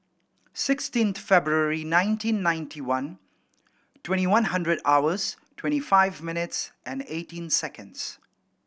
sixteen February nineteen ninety one twenty one hundred hours twenty five minutes and eighteen seconds